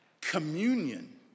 communion